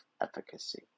efficacy